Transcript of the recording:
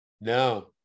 no